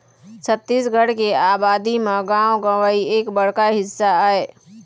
छत्तीसगढ़ के अबादी म गाँव गंवई एक बड़का हिस्सा आय